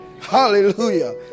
Hallelujah